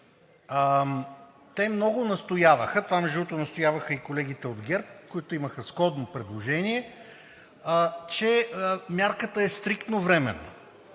Те много настояваха, това, между другото, настояваха и колегите от ГЕРБ , които имаха сходно предложение, че мярката е стриктно временна